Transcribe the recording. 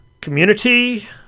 Community